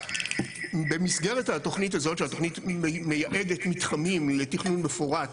במסגרת התוכנית הזאת שהתוכנית מייעדת מתחמים לתכנון מפורט,